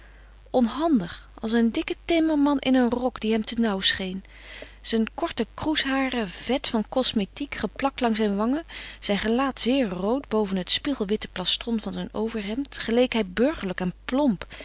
onhandig als een dikke timmerman in een rok die hem te nauw scheen zijn korte kroesharen vet van cosmétique geplakt langs zijn wangen zijn gelaat zeer rood boven het spiegelwitte plastron van zijn overhemd geleek hij burgerlijk en plomp